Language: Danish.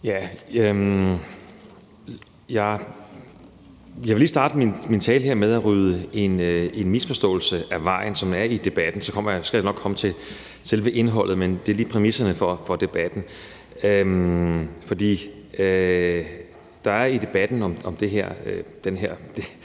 Jeg vil lige starte min tale med at rydde en misforståelse af vejen, som er i debatten, og så skal jeg nok komme til selve indholdet. Men det er bare lige præmisserne for debatten. Der er om det her kompleks og den her